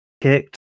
kicked